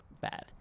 bad